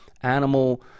animal